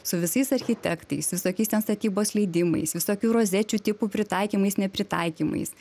su visais architektais su visokiais ten statybos leidimais visokių rozečių tipų pritaikymais nepritaikymais